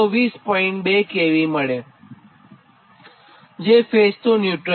2 kV મળેજે phase to neutral છે